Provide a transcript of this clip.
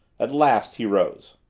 at last he rose.